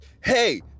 Hey